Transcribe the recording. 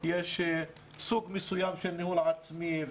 יש סוג מסוים של ניהול עצמי,